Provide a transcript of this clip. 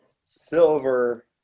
Silver